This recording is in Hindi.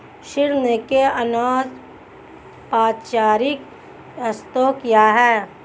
ऋण के अनौपचारिक स्रोत क्या हैं?